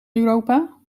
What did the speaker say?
europa